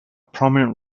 prominent